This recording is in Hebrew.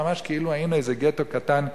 ממש כאילו היינו איזה גטו קטן וזניח,